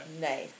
Nice